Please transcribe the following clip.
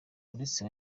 uretse